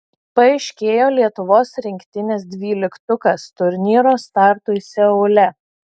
paaiškėjo lietuvos rinktinės dvyliktukas turnyro startui seule